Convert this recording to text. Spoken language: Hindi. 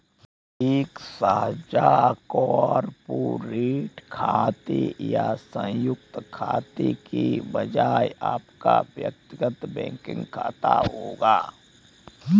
एक साझा कॉर्पोरेट खाते या संयुक्त खाते के बजाय आपका व्यक्तिगत बैंकिंग खाता होगा